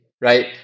right